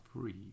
free